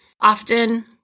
often